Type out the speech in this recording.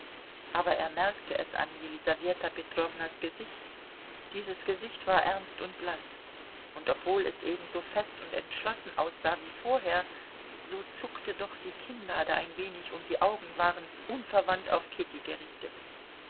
aber er merkte es an jelisaweta petrownas gesicht dieses gesicht war ernst und blaß und obwohl es ebenso fest und entschlossen aussah wie vorher so zuckte doch die kinnlade ein wenig und die augen waren unverwandt auf kitty gerichtet